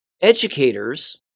Educators